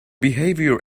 behavior